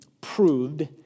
proved